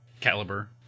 Caliber